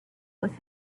with